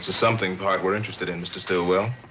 something part we're interested in, mr. stillwell.